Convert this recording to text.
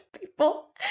people